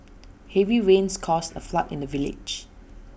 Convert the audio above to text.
heavy rains caused A flood in the village